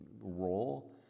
role